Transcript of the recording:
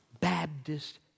Baptist